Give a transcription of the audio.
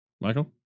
Michael